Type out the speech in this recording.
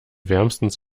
wärmstens